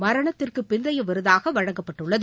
மரணத்திற்கு பிந்தைய விருதாக வழங்கப்பட்டுள்ளது